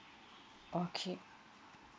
okay